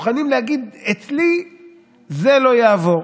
ומוכנים להגיד: אצלי זה לא יעבור.